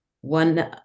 one